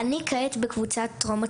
אני כעת בקבוצת טרום עתודה,